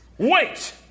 Wait